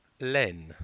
Len